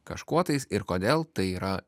kažkuo tais ir kodėl tai yra